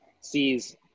sees